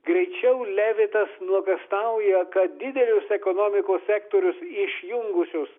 greičiau levitas nuogąstauja kad didelius ekonomikos sektorius išjungusios